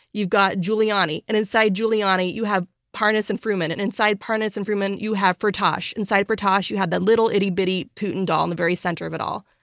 you've got giuliani, and inside giuliani, you have parnas and fruman, and inside parnas and fruman, you have firtash. inside firtash, you have that little itty-bitty putin doll in the very center of it all.